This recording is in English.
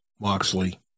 Moxley